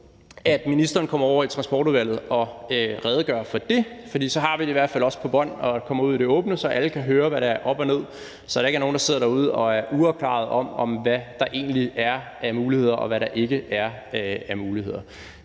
at ministeren kommer over i Transportudvalget og redegør for det, for så har vi det i hvert fald også på bånd, og så kommer det ud i det åbne, så alle kan høre, hvad det er op og ned, så der ikke er nogen, der sidder derude og er uafklarede, i forhold til hvad der egentlig er af muligheder, og hvad der ikke er af muligheder.